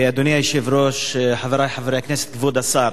אדוני היושב-ראש, חברי חברי הכנסת, כבוד השר,